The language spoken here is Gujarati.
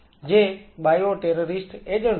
જે બાયોટેરરિસ્ટ એજન્ટ છે